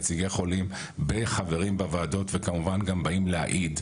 נציגי חולים וחברים בוועדות וכמובן גם באים להעיד.